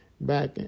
back